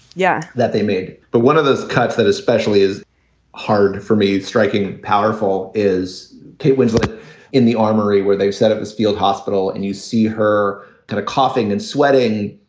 yeah, that they made, but one of those cuts that especially is hard for me is striking. powerful is kate winslet in the armory where they've said it was field hospital and you see her kind of coughing and sweating.